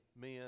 men